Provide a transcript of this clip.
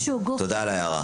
תודה על ההערה החשובה.